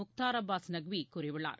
முக்தார் அப்பாஸ் நக்வீ கூறியுள்ளார்